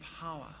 power